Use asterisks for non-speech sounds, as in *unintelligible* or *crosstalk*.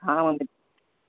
हां *unintelligible*